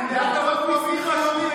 גזענים חשוכים.